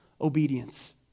obedience